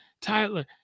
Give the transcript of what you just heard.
Tyler